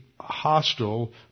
hostile